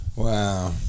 Wow